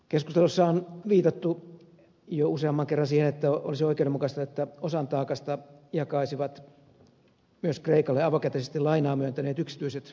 keskustelussa on viitattu jo useamman kerran siihen että olisi oikeudenmukaista että osan taakasta jakaisivat myös kreikalle avokätisesti lainaa myöntäneet yksityiset pankit